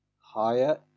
Higher